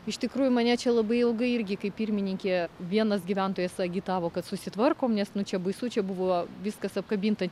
iš tikrųjų mane čia labai ilgai irgi kaip pirmininkė vienas gyventojas agitavo kad susitvarkom nes nu čia baisu čia buvo viskas apkabinta